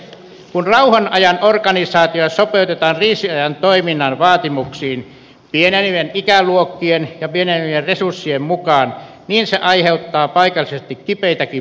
kun rauhan ajan organisaatio sopeutetaan kriisiajan toiminnan vaatimuksiin pienenevien ikäluokkien ja pienenevien resurssien mukaan niin se aiheuttaa paikallisesti kipeitäkin muutoksia